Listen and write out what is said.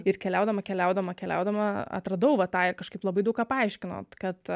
ir keliaudama keliaudama keliaudama atradau va tą ir kažkaip labai daug ką paaiškino kad